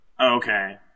Okay